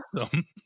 awesome